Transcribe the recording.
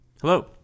hello